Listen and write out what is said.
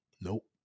Nope